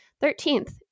Thirteenth